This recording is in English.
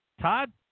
Todd